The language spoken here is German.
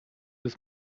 des